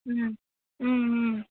ம் ம் ம்